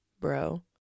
bro